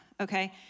okay